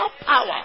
power